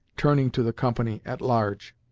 turning to the company at large.